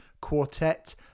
Quartet